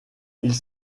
ils